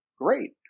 Great